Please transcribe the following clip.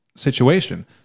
situation